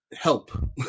help